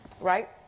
right